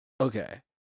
Okay